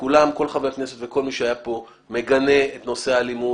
וכל חברי הכנסת וכל מי שהיה פה מגנה את נושא האלימות.